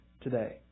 today